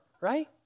right